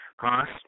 Cost